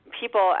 people